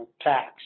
tax